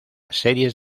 series